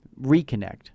reconnect